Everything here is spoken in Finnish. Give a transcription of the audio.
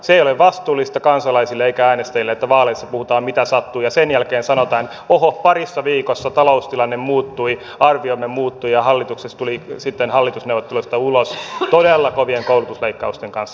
se ei ole vastuullista kansalaisille eikä äänestäjille että vaaleissa puhutaan mitä sattuu ja sen jälkeen sanotaan että oho parissa viikossa taloustilanne muuttui arviomme muuttui ja hallitus tuli sitten hallitusneuvotteluista ulos todella kovien koulutusleikkausten kanssa